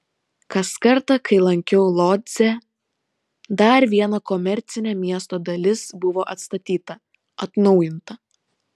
kas kartą kai lankiau lodzę dar viena komercinė miesto dalis buvo atstatyta atnaujinta